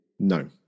No